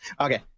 Okay